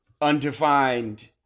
undefined